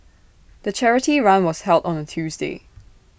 the charity run was held on A Tuesday